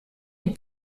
une